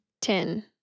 ten